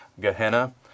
Gehenna